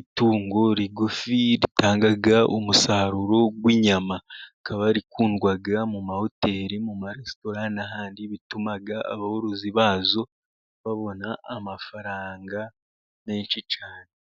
itungo rigufi ritanga umusaruro w'inyama, rikaba rikundwa mu mahoteli, mu maresitora n'ahandi, bituma aborozi bazo babona amafaranga menshi cyane.